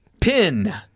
Pin